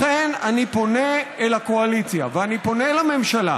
לכן אני פונה אל הקואליציה ואני פונה אל הממשלה: